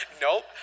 Nope